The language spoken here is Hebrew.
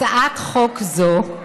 הצעת חוק זו,